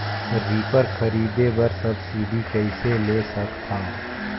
Reaper खरीदे बर subsidy कइसे ले सकथव?